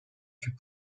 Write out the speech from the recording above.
fut